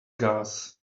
gas